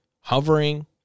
hovering